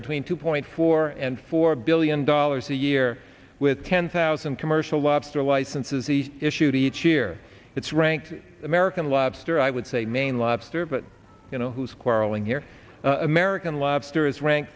between two point four and four billion dollars a year with ten thousand commercial lobster licenses he issued each year it's rank american lobster i would say maine lobster but you know who's quarreling here american lobster is rank